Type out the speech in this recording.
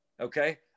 okay